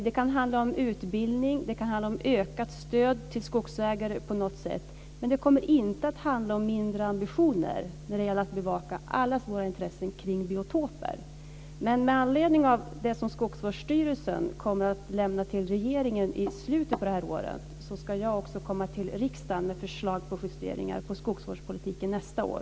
Det kan handla om utbildning och ökat stöd till skogsägare på något sätt, men det kommer inte att handla om mindre ambitioner när det gäller att bevaka allas våra intressen kring biotoper. Med anledning av det som Skogsstyrelsen kommer att lämna till regeringen i slutet på det här året ska jag också komma till riksdagen med förslag på justeringar av skogsvårdspolitiken nästa år.